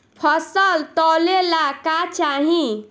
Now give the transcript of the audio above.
फसल तौले ला का चाही?